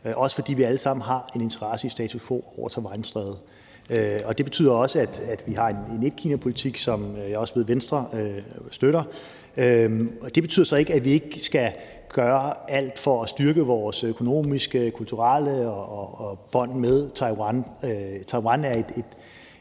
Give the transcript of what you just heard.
også fordi vi alle sammen har en interesse i status quo over Taiwanstrædet. Det betyder også, at vi har en etkinapolitik, som jeg også ved Venstre støtter. Det betyder så ikke, at vi ikke skal gøre alt for at styrke vores økonomiske og kulturelle bånd med Taiwan. Taiwan deler